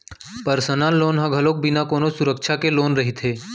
personal loan ह घलोक बिना कोनो सुरक्छा के लोन रहिथे